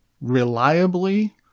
reliably